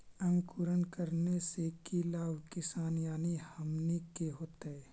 अंकुरण करने से की लाभ किसान यानी हमनि के होतय?